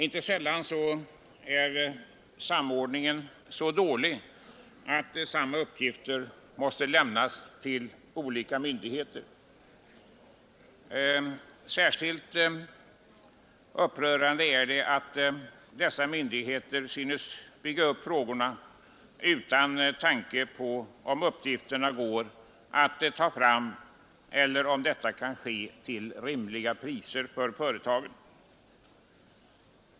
Inte sällan är samordningen så dålig att samma uppgifter måste lämnas till olika myndigheter. Särskilt upprörande är det att dessa myndigheter synes bygga upp frågorna utan tanke på om uppgifterna går att ta fram eller om detta kan ske till rimliga kostnader för företagen.